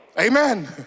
Amen